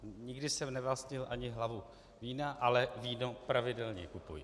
Nikdy jsem nevlastnil ani hlavu vína, ale víno pravidelně kupuji.